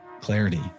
clarity